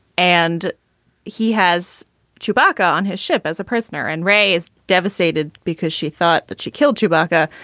and he has chewbacca on his ship as a prisoner and ray is devastated because she thought that she killed chewbacca.